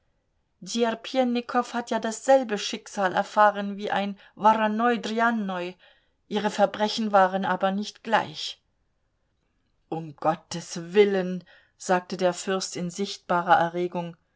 djerpjennikow hat ja dasselbe schicksal erfahren wie ein woronnoj drjannoj ihre verbrechen waren aber nicht gleich um gottes willen sagte der fürst in sichtbarer erregung